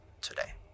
today